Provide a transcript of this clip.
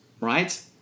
right